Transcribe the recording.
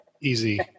easy